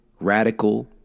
radical